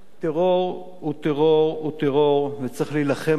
טרור הוא טרור הוא טרור, וצריך להילחם בו